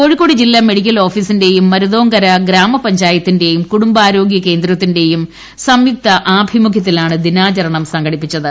കോഴിക്കോട് ജില്ലാ മെഡിക്കൽ ഓഫീസിന്റെയും മരുതോങ്കര ഗ്രാമപഞ്ചായത്തിന്റെയും കുടുംബാരോഗൃ കേന്ദ്രത്തിന്റെയും സംയുക്താഭിമുഖ്യത്തിലാണ് ദിനാചരണം സംഘടിപ്പിച്ചത്